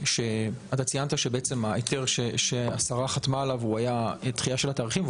אתה ציינת שההיתר שהשרה חתמה עליו היה דחייה של התאריכים,